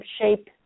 shape